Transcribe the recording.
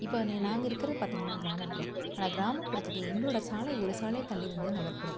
இப்போ நே நாங்கள் இருக்கிறது பார்த்தீங்கன்னா கிராமப்புறம் ஆனால் கிராமப்புறத்திற்கு எங்களோடய சாலை ஒரு சாலை தள்ளி வந்து நகர்ப்புறம்